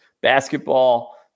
Basketball